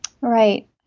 Right